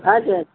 हजुर